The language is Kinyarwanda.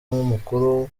nk’umukuru